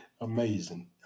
Amazing